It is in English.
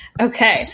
Okay